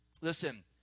Listen